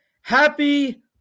Happy